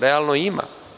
Realno ima.